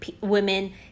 women